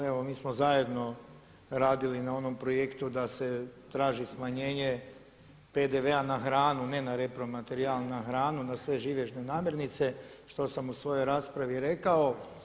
Pa evo mi smo zajedno radili na onom projektu da se traži smanjenje PDV-a na hranu, ne na repromaterijal, na hranu, na sve živežne namirnice što sam u svojoj raspravi rekao.